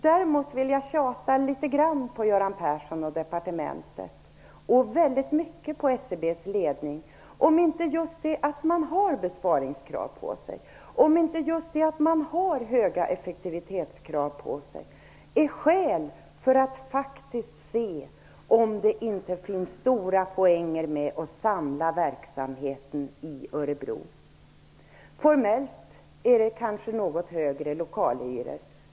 Däremot vill jag tjata litet grand på Göran Persson och departementet och väldigt mycket på SCB:s ledning. Är det inte så att just det faktum att man har besparingskrav och höga effektivitetskrav på sig är skäl för att faktiskt se efter om det inte finns en poäng i att samla verksamheten i Örebro? Formellt är lokalhyrorna där kanske något högre.